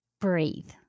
breathe